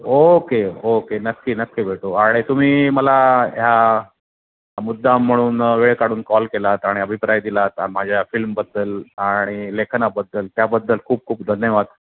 okay okay नक्की नक्की भेटू आणि तुम्ही मला ह्या मुद्दा म्हणून वेळ काढून कॉल केलात आणि अभिप्राय दिलात माझ्या फिल्मबद्दल आणि लेखनाबद्दल त्याबद्दल खूप खूप धन्यवाद